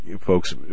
folks